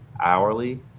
hourly